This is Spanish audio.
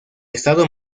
estado